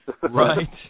Right